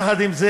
יחד עם זה,